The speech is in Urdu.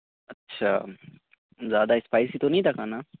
اچھا زیادہ اسپائسی تو نہیں تھا کھانا